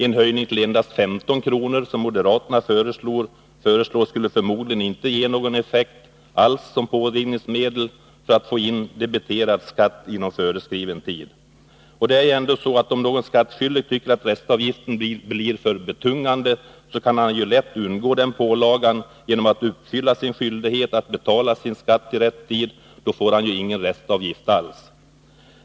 En höjning till endast 15 kr., som moderaterna föreslår, skulle förmodligen inte ge någon effekt alls som pådrivningsmedel för att få in debiterad skatt inom föreskriven tid. Det är ju ändå så, att om någon skattskyldig tycker att restavgiften blir för betungande, kan han lätt undgå den pålagan genom att uppfylla sin skyldighet att betala sin skatt i rätt tid. Då får han ingen restavgift alls.